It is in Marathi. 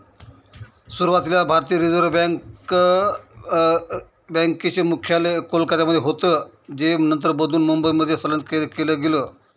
सुरुवातीला भारतीय रिझर्व बँक चे मुख्यालय कोलकत्यामध्ये होतं जे नंतर बदलून मुंबईमध्ये स्थलांतरीत केलं गेलं